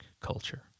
culture